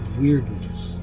weirdness